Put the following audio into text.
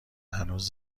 هنوز